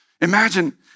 Imagine